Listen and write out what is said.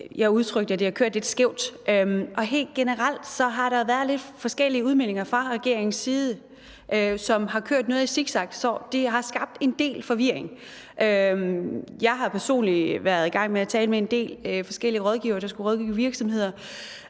gav udtryk for, at det havde kørt lidt skævt. Helt generelt har der været lidt forskellige udmeldinger fra regeringens side, som har kørt noget i zigzagkurs og har skabt en del forvirring. Jeg har personligt været i gang med at tale med en del forskellige rådgivere, der skulle rådgive virksomheder,